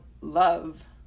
love